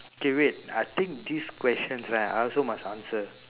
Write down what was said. okay wait I think these questions right I must also answer